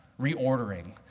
reordering